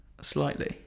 Slightly